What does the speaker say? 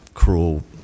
cruel